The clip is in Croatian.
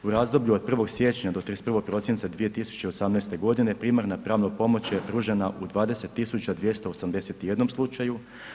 U razdoblju od 1. siječnja do 31. prosinca 2018. godine primarnu pravna pomoć je pružena u 20 281 slučaju.